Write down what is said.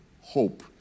hope